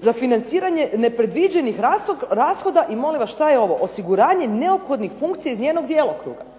Za financiranje nepredviđenih rashoda i molim vas što je ovo osiguranje neophodnih funkcija iz njenog djelokruga.